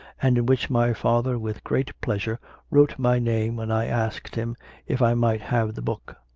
and in which my father with great pleasure wrote my name when i asked him if i might have the book.